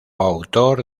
autor